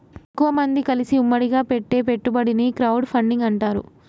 ఎక్కువమంది కలిసి ఉమ్మడిగా పెట్టే పెట్టుబడిని క్రౌడ్ ఫండింగ్ అంటారు